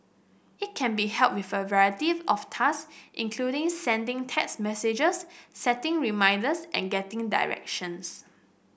it can be help with a variety of task including sending text messages setting reminders and getting directions